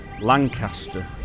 lancaster